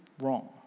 wrong